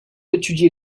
étudier